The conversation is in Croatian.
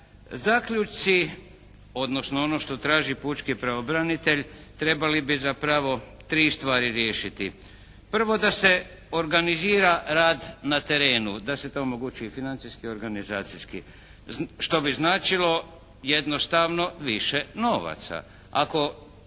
Zaključci odnosno ono što traži pučki pravobranitelj trebali bi zapravo tri stvari riješiti. Prvo da se organizira rad na terenu, da se to omogući i financijski i organizacijski što bi značilo jednostavno više novaca.